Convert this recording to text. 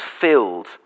filled